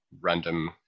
random